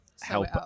Help